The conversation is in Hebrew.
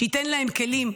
שתיתן להם כלים,